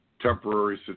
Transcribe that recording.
temporary